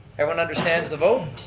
everyone understands the vote,